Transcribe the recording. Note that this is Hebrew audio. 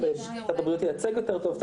הגוף במשרד הבריאות שייצג יותר טוב את